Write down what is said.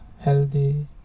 healthy